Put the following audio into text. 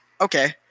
Okay